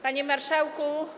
Panie Marszałku!